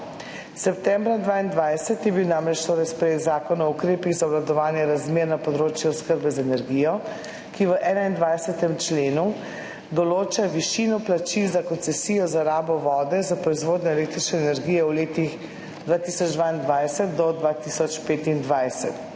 Septembra 2022 je bil namreč torej sprejet Zakon o ukrepih za obvladovanje kriznih razmer na področju oskrbe z energijo, ki v 21. členu določa višino plačil za koncesijo za rabo vode za proizvodnjo električne energije v letih od 2022 do 2025.